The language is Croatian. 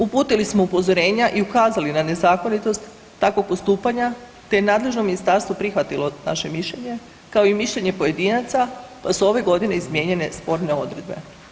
Uputili smo upozorenja i ukazali na nezakonitost takvog postupanja te je nadležno ministarstvo prihvatilo naše mišljenje kao i mišljenje pojedinaca pa su ove godine izmijenjene sporne odredbe.